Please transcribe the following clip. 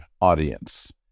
audience